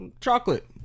Chocolate